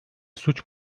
suç